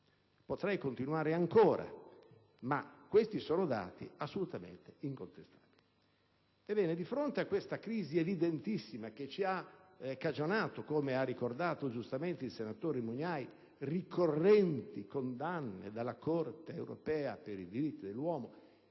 Potrei continuare ancora; ma questi sono dati assolutamente incontestabili. Questa crisi evidentissima ci ha cagionato - come ha ricordato giustamente il senatore Mugnai - ricorrenti condanne dalla Corte europea per i diritti dell'uomo.